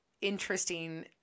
interesting